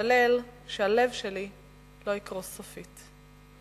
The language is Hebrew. ולהתפלל שהלב שלי לא יקרוס סופית".